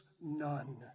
none